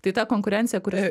tai ta konkurencija kuri